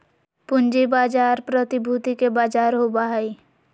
पूँजी बाजार प्रतिभूति के बजार होबा हइ